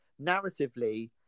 narratively